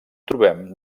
trobem